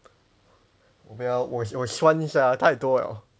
我不要我我算一下啊太多 liao